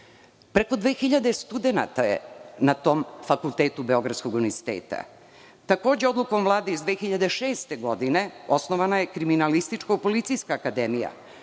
Preko 2000 studenata je na tom fakultetu Beogradskog univerziteta. Takođe, odlukom Vlade iz 2006. godine osnovana je Kriminalističko-policijska akademija,